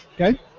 Okay